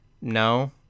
No